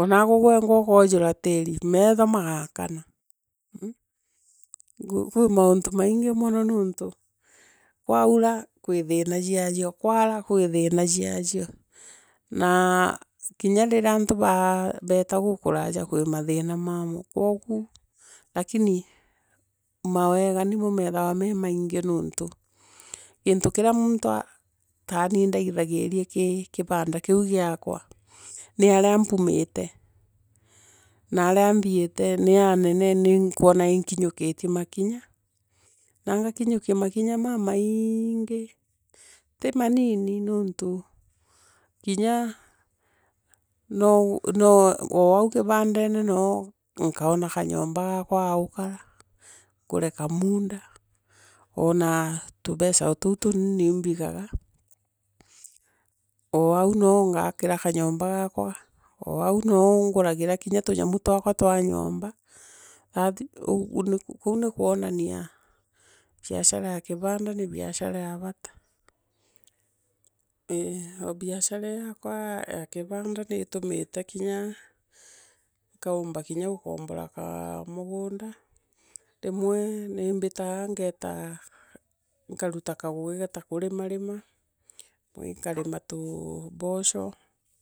ona gwe gwengwa ukaujura tiiri meetha magaakana uu kwi mauntu maingi mono nuntu kwaura kwi thina uacio kwaara kwi thiina ciacio Naa kinya riria antu baa beita gukuraya kwi mathina maamo koogu lakini mawega nimo meithagirwa memaingi nuntu gintu kiria muntu ta aniindagiiria gi kibanda kiu giakwa ni aria mpumite na aria nthiite ni anene ni nkuna ni nkinyukiitie makinya na ngakinyukia makinya mamaiingi ti maniini niuntu kinya nou nou oau kibandene nou nkauna kanyomba gaakwa ga ukara ngure kamunda onaa tubeca atuu tunuunu nimbigaga oau noo ngaakira kanyomba gakwa oau noo nguragira kinya tunyamu twakwa twa nyomba kuu ni kuonania biashara ya kibanda ni biashara ya bata eei biashara ii yakwa kibanda niitumite nkaumba kinya gukombora kamugunda rimwe nimbitaa ngaitaa nkaruta kagugi ta kurima rima nkarima tuu boro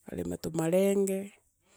nkarima tumarenge.